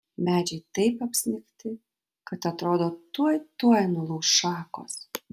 medžiai taip apsnigti kad atrodo tuoj tuoj nulūš šakos